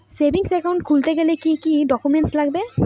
Savings account খুলতে গেলে কি কি ডকুমেন্টস লাগবে?